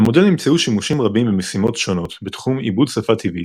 למודל נמצאו שימושים רבים במשימות שונות בתחום עיבוד שפה טבעית,